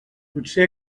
potser